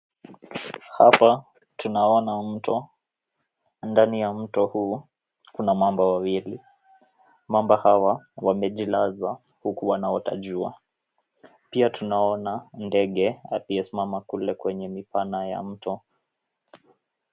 Hapa tunaona mto, ndani ya mto huu kuna mamba wawili, mamba hawa wawili wamejilaza huku wanaota jua. Pia tunaona ndege aliye simama kule kwenye mipana ya mto.